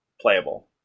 playable